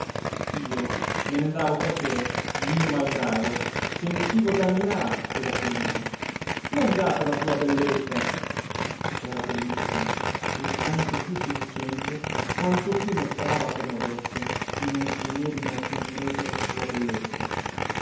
io me n'andavo perché mio malgrado sentivo d'ammirar quella femmina non già per la sua bellezza era bellissima e tanto più seducente quanto più mostrava per modestia di non tenere in alcun pregio la sua bellezza